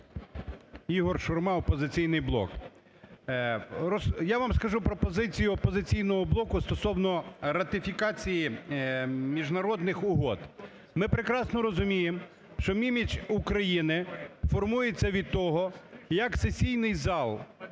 Ігор Шурма, "Опозиційний блок". Я вам скажу пропозицію "Опозиційного блоку" стосовно ратифікації міжнародних угод. Ми прекрасно розуміємо, що імідж України формується від того, як сесійний зал